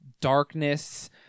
darkness